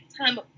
time